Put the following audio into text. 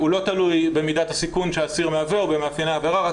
הוא לא תלוי במידת הסיכון שאסיר מהווה או במאפייני העבירה רק